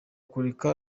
kureka